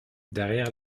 derrière